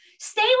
Stay